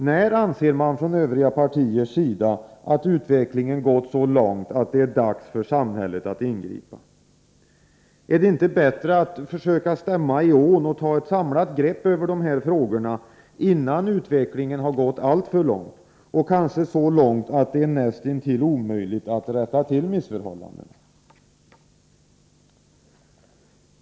När anser man från övriga partiers sida att utvecklingen gått så långt att det är dags för samhället att ingripa? Är det inte bättre att försöka stämma i bäcken än i ån och ta ett samlat grepp över dessa frågor innan utvecklingen gått alltför långt — kanske så långt att det är näst intill omöjligt att rätta till missförhållandena?